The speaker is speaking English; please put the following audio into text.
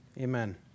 Amen